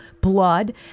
blood